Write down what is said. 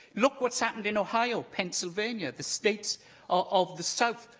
look what's happened in ohio, pennsylvania, the states of the south.